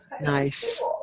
Nice